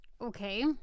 Okay